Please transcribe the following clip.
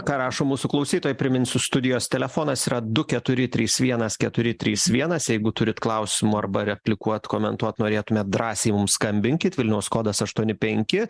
ką rašo mūsų klausytojai priminsiu studijos telefonas yra du keturi trys vienas keturi trys vienas jeigu turit klausimų arba replikuot komentuot norėtumėt drąsiai mums skambinkit vilniaus kodas aštuoni penki